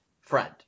friend